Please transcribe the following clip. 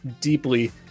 deeply